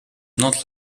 not